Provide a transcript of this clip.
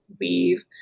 weave